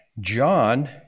John